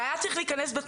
זה היה צריך להיכנס.